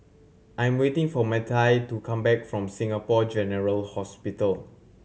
I'm waiting for Mattye to come back from Singapore General Hospital